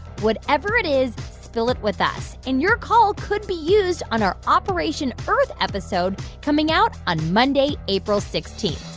whatever it is, spill it with us. and your call could be used on our operation earth episode coming out on monday, april sixteen.